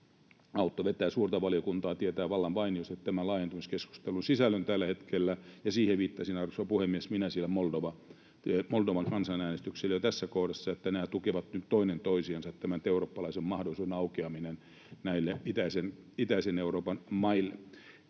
Autto vetää suurta valiokuntaa, hän tietää vallan mainiosti tämän laajentumiskeskustelun sisällön tällä hetkellä, ja siihen viittasin, arvoisa puhemies, sillä Moldovan kansanäänestyksellä tässä kohdassa, että nämä tukevat nyt toinen toisiansa — tämän eurooppalaisen mahdollisuuden aukeaminen näille itäisen Euroopan maille.